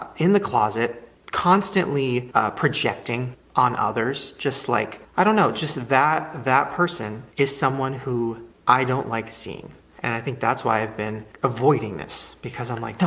in the closet, constantly projecting on others, just, like, i don't know, just that that person is someone who i don't like seeing and i think that's why i've been avoiding this because i'm like,